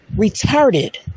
retarded